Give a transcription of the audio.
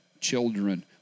children